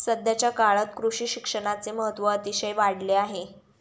सध्याच्या काळात कृषी शिक्षणाचे महत्त्व अतिशय वाढले आहे